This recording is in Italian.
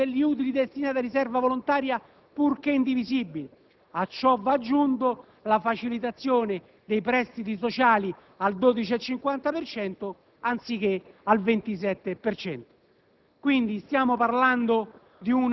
deducibilità del 70 per cento degli utili destinati a riserva volontaria, purché indivisibili. A ciò va aggiunta la facilitazione dei prestiti sociali al 12,50 per cento, anziché al 27